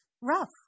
rough